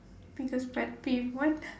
biggest pet peeve what